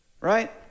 right